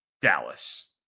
Dallas